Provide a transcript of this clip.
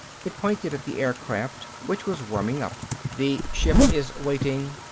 it pointed at the aircraft, which was warming up. the ship is waiting.